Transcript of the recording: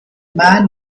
man